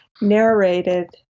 narrated